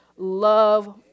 Love